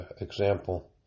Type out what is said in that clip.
example